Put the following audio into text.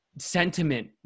sentiment